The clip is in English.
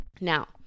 Now